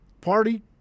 party